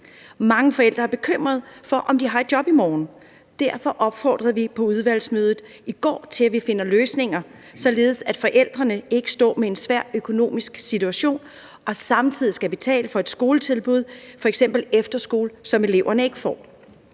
Mange forældre er bekymrede for, om de har et job i morgen. Derfor opfordrede vi på udvalgsmødet i går til, at vi finder løsninger, således at forældrene ikke står i en svær økonomisk situation og samtidig skal betale for et skoletilbud, f.eks. på en efterskole, som eleverne ikke får.